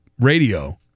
radio